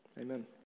Amen